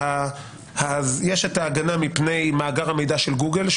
יש את ההגנה מפני מאגר המידע של גוגל,